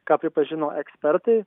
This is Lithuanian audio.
ką pripažino ekspertai